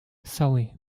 sorry